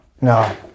No